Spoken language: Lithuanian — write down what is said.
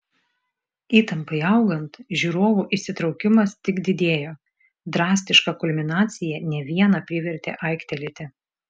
įtampai augant žiūrovų įsitraukimas tik didėjo drastiška kulminacija ne vieną privertė aiktelėti